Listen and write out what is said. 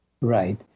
Right